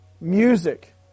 music